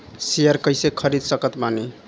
Share कइसे खरीद सकत बानी?